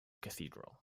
cathedral